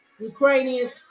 ukrainians